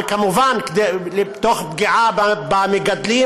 וכמובן תוך פגיעה במגדלים,